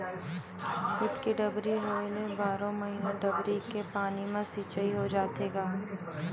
खुद के डबरी होए ले बारो महिना डबरी के पानी म सिचई हो जाथे गा